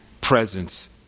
presence